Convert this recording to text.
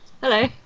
Hello